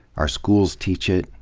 our schools teach it.